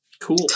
Cool